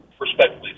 respectfully